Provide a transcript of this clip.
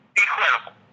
incredible